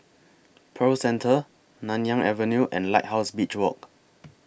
Pearl Centre Nanyang Avenue and Lighthouse Beach Walk